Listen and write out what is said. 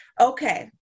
Okay